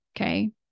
Okay